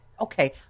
okay